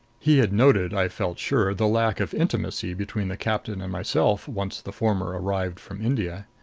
he had noted, i felt sure, the lack of intimacy between the captain and myself, once the former arrived from india.